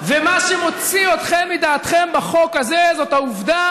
ומה שמוציא אתכם מדעתכם בחוק הזה הוא העובדה